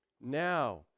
Now